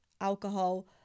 alcohol